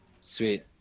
sweet